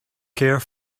care